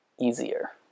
easier